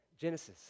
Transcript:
Genesis